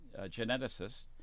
geneticist